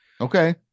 Okay